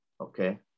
Okay